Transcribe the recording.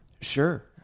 sure